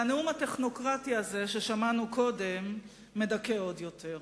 והנאום הטכנוקרטי הזה ששמענו קודם מדכא עוד יותר.